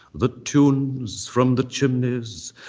the tunes from the chimneys,